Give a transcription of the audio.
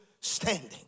standing